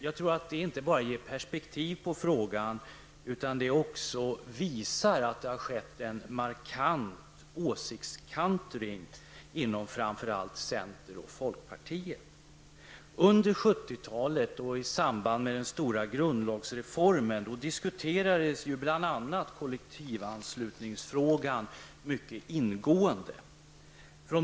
Det ger inte bara perspektiv på frågan, utan det visar också att det har skett en markant åsiktskantring inom framför allt centern och folkpartiet. Under 70-talet och i samband med den stora grundlagsreformen diskuterades ju bl.a. kollektivanslutningsfrågan mycket ingående.